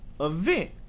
Event